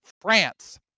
France